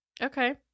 okay